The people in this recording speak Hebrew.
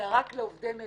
אלא רק לעובדי מדינה?